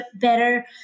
better